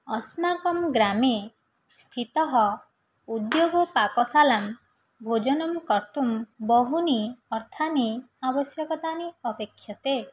अस्माकं ग्रामे स्थितायाम् उद्योगपाकशालायां भोजनं कर्तुं बहूनि अर्थानि आवश्यकानि अपेक्ष्यते